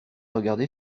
regardé